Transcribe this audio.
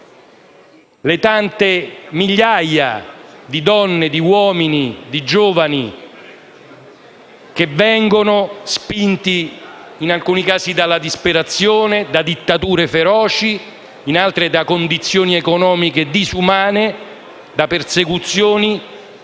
le tante migliaia di donne, di uomini e di giovani, che vengono spinti, in alcuni casi dalla disperazione e da dittature feroci e in altri casi da condizioni economiche disumane e da persecuzioni,